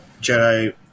Jedi